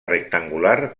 rectangular